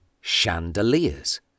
chandeliers